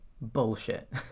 bullshit